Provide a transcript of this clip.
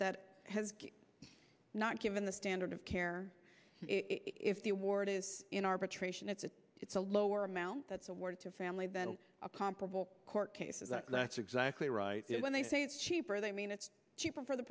that has not given the standard of care if the award is in arbitration it's a it's a lower amount that's a word to family been a comparable court case is that that's exactly right when they say it's cheaper they mean it's cheaper for the